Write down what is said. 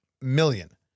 million